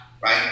right